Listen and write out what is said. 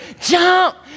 jump